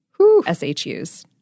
SHUs